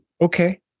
Okay